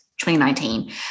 2019